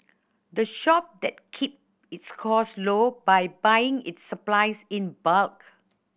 the shop that keep its cost low by buying its supplies in bulk